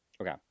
okay